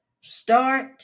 Start